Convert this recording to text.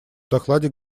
докладе